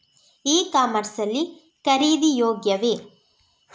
E commerce ಲ್ಲಿ ಖರೀದಿ ಯೋಗ್ಯವೇ?